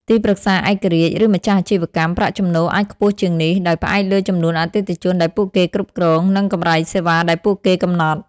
ទីប្រឹក្សាឯករាជ្យ ឬម្ចាស់អាជីវកម្ម ប្រាក់ចំណូលអាចខ្ពស់ជាងនេះ ដោយផ្អែកលើចំនួនអតិថិជនដែលពួកគេគ្រប់គ្រង និងកម្រៃសេវាដែលពួកគេកំណត់។